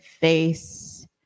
face